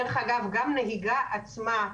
דרך אגב, גם נהיגה עצמה,